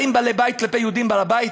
האם הם בעלי-הבית כלפי היהודים בהר-הבית?